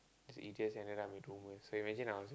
these idiots ended up with rumours so imagine I was